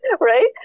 Right